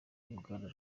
w’uruganda